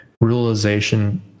realization